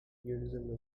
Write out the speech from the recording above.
nudism